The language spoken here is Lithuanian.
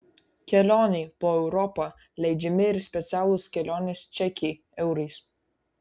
kelionei po europą leidžiami ir specialūs kelionės čekiai eurais